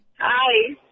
Hi